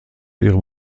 ihrem